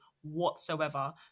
whatsoever